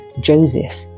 Joseph